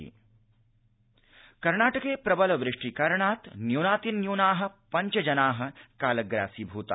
कर्नाटकम्वृष्टि कर्णाटके प्रबल वृष्टि कारणात् न्यूनातिन्यूना पब्च जना कालग्रासीभूता